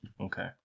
Okay